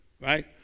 right